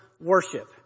worship